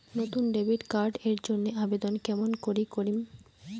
নতুন debit card এর জন্যে আবেদন কেমন করি করিম?